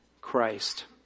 Christ